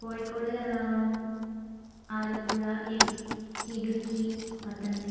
കോഴിക്കോട് എറണാകുളം ആലപ്പുഴ ഇട് ഇടുക്കി പത്തനംതിട്ട